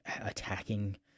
attacking